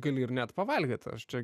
gali ir net pavalgyti aš čia